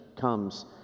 comes